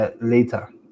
later